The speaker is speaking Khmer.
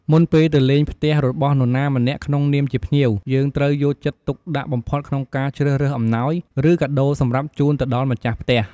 មុនពេលទៅលេងផ្ទះរបស់នរណាម្នាក់ក្នុងនាមជាភ្ញៀវ យើងត្រូវយកចិត្តទុកដាក់បំផុតក្នុងការជ្រើសរើសអំណោយ ឬកាដូរសម្រាប់ជូនទៅដល់ម្ចាស់ផ្ទះ។